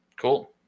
Cool